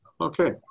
okay